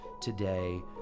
today